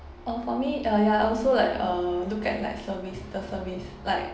uh for me uh ya also like uh look at like service the service like